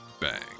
Bang